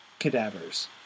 cadavers